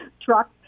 truck